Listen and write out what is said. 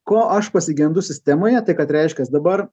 ko aš pasigendu sistemoje tai kad reiškias dabar